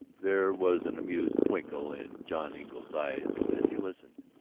there was an amused twinkle in john engle's eyes as he listened.